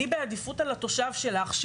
אני בעדיפות על התושב שלך,